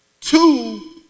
Two